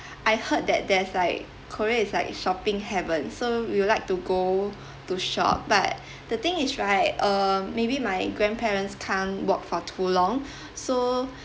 I heard that there's like korea is like shopping haven so we would like to go to shop but the thing is right um maybe my grandparents can't walk for too long so